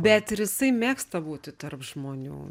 bet ir jisai mėgsta būti tarp žmonių